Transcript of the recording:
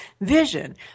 vision